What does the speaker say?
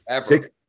six